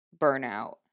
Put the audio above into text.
burnout